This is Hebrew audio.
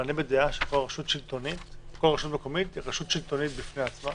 אבל אני בדעה שכל רשות מקומית היא רשות שלטונית בפני עצמה.